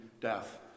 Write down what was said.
death